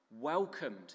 welcomed